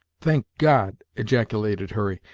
thank god! ejaculated hurry,